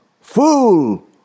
Fool